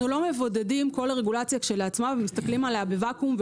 אנחנו לא מבודדים כל רגולציה כשלעצמה ומסתכלים עליה בוואקום,